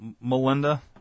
Melinda